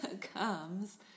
comes